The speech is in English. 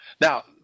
Now